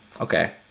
okay